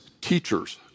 teachers